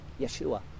Yeshua